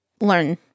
learn